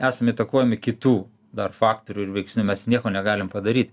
esam įtakojami kitų dar faktorių ir veiksnių mes nieko negalim padaryt